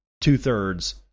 two-thirds